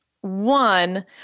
One